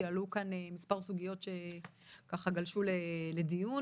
כי עלו כאן מספר סוגיות שככה גלשו לדיון.